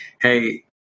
hey